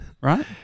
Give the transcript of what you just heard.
right